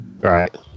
Right